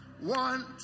One